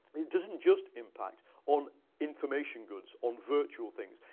it doesn't just impact on information goods, on virtual things.